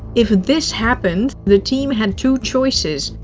if this happened, the team had two choices.